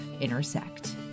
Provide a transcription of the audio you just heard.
intersect